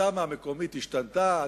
התמ"א המקומית השתנתה,